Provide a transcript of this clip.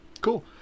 Cool